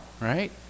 right